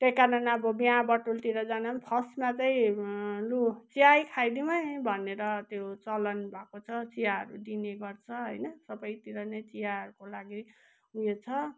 त्यही कारण अब बिहा बटुलतिर जाँदा फर्सटमा चाहिँ लु चाय खाइदिउँ है भनेर त्यो चलन भएको छ चियाहरू दिने गर्छ होइन सबैतिर नै चियाहरूको लागि ऊ यो छ